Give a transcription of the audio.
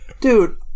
dude